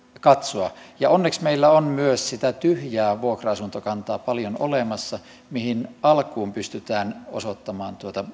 katsoa onneksi meillä on myös sitä tyhjää vuokra asuntokantaa paljon olemassa mihin alkuun pystytään osoittamaan